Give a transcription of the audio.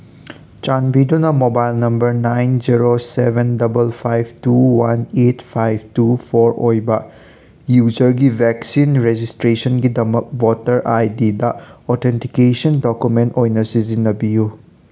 ꯆꯥꯟꯕꯤꯗꯨꯅ mobile number nine zero seven double five two one eight five two four ꯑꯣꯏꯕ ꯌꯨꯖꯔꯒꯤ vaccine ꯔꯤꯖꯤꯁꯇ꯭ꯔꯦꯁꯟꯒꯤꯗꯃꯛ voter I ꯗꯤꯗ authentication document ꯑꯣꯏꯅ ꯁꯤꯖꯤꯟꯅꯕꯤꯌꯨ